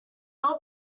old